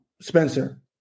Spencer